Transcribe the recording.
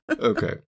Okay